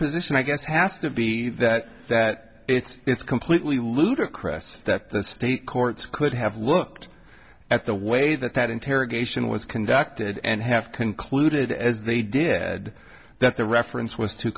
position i guess has to be that that it's completely ludicrous that the state courts could have looked at the way that that interrogation was conducted and have concluded as they did that the reference w